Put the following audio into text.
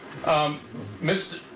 Mr